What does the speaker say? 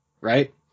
right